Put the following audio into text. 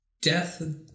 death